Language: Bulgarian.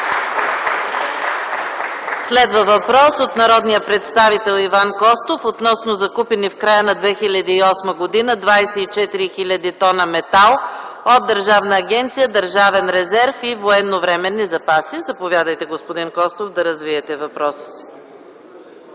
Следва въпрос от народния представител Иван Костов относно закупени в края на 2008 г. 24 хил. тона метал от Държавна агенция „Държавен резерв и военновременни запаси”. Заповядайте, господин Костов, да развиете въпроса си.